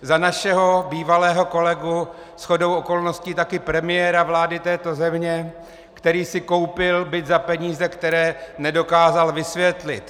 Za našeho bývalého kolegu, shodou okolností také premiéra vlády této země, který si koupil byt za peníze, které nedokázal vysvětlit.